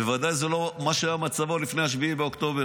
בוודאי זה לא מה שהיה מצבו לפני 7 באוקטובר.